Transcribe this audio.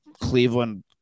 Cleveland